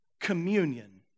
communion